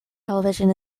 television